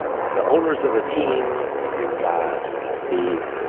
the owners of the teams you've got the,